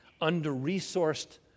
under-resourced